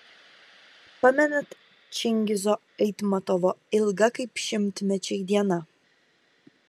pamenat čingizo aitmatovo ilga kaip šimtmečiai diena